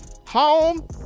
Home